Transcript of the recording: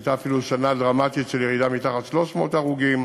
הייתה אפילו שנה דרמטית של ירידה מתחת ל-300 הרוגים.